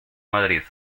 madrid